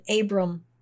Abram